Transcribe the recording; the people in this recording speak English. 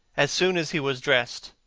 as soon as he was dressed,